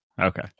okay